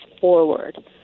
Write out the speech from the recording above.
forward